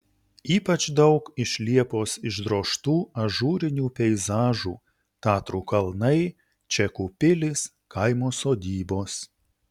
ypač daug iš liepos išdrožtų ažūrinių peizažų tatrų kalnai čekų pilys kaimo sodybos